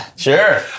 Sure